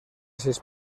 seis